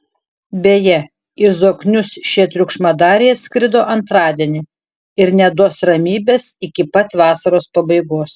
beje į zoknius šie triukšmadariai atskrido antradienį ir neduos ramybės iki pat vasaros pabaigos